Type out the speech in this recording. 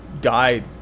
died